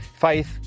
Faith